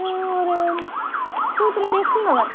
ஒரு two three டேஸ்குள்ள நான் வரேன்